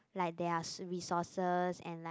like there are resources and like